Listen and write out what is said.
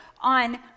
on